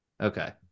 Okay